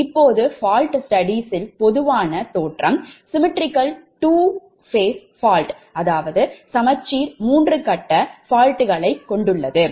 இப்போது fault studies யில் பொதுவான தோற்றம் சமச்சீர் மூன்று கட்ட fault களைக் கொண்டுள்ளது